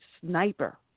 sniper